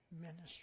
ministry